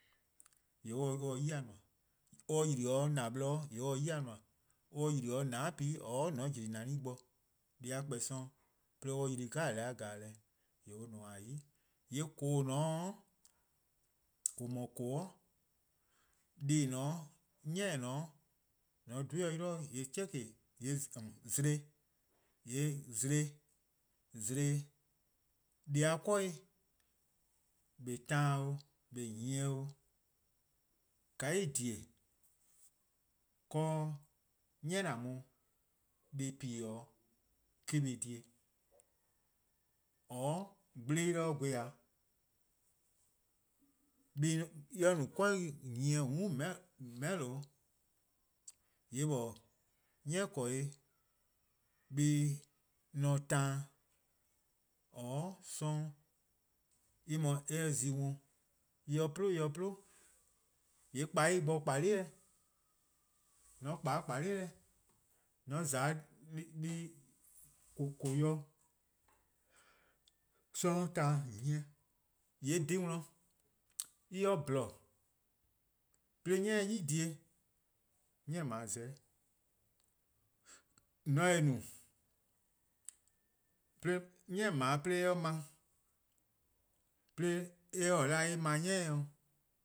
:Yee' or se 'yi-dih :nmor. :mor or :yli-dih 'de :na-blor' :yee' or se 'yi-dih :nmor, :mor or :yli-dih 'o :nane' ken :oror' :mor on jli neh bo-dih, deh+-a kpor+ 'sororn', 'de or 'ye yli deh 'jeh-a :yee or :nmor-: 'yi. :yee' :koo: :dao', :or no-a :koo:, deh+ :en :ne-a 'o, 'ni :eh :ne-a 'o, :mor :on dhe-ih 'o 'yli-dih :yee' zlo dih-a 'kobuh+ :eh 'beh taan 'o-:, :eh 'beh nyieh 'o-: :ka en :dhie:-a, :kaa 'ni :an mu-a dih :pi-dih-' eh 'ye :dhie: :oror' gble-eh 'de gwea: :mor en no 'korbuh nyieh :mm' :meheh'lo :yee' 'nyi 'ni :korbuh+ :ne taan, :oror' 'sororn', 'de mor :mor en zi-eh worn :yee' :mor eh 'plun eh 'plun, :yee' kpa 'de en bo :kpalih-eh:, :mor :on 'kpa 'de :kpalih-eh, :yee' :za 'de :koo:-yor 'sororn' taan nyieh, :yee' 'dhen worn :mor en bhlor 'de 'ni 'ye 'i :dhie:, 'ni :dao :yee' za-eh 'de, :mor :on se-eh no, 'de 'ni :dao' eh 'ye ma, 'de en 'ye :ao' en pa 'ni-a dih, i